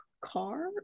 car